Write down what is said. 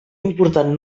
important